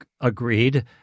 agreed